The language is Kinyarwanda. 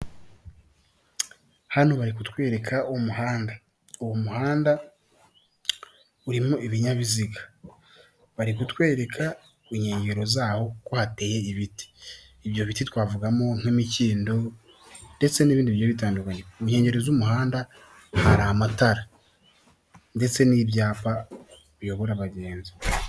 Hano bari kutwereka umuhanda uwo muhanda urimo ibinyabiziga bari kutwereka inkengero zawo ko hateye ibiti ibyo biti twavugamo nk'imikindo ndetse n'ibindi bitandukanye ku nkengero z'umuhanda hari amatara ndetse n'ibyapa biyobora abagenzi.